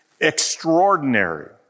extraordinary